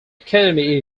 academy